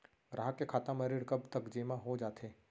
ग्राहक के खाता म ऋण कब तक जेमा हो जाथे?